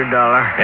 Dollar